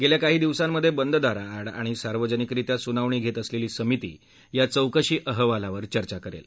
गेल्या काही दिवसांमध्ये बंद दाराआड आणि सार्वजनिकरित्या सुनावणी घेत असलेली समिती या चौकशी अहवालावर चर्चा करेल